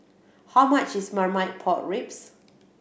how much is Marmite Pork Ribs